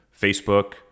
Facebook